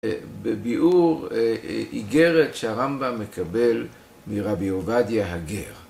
בביאור איגרת שהרמב״ם מקבל מרבי עובדיה הגר.